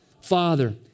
Father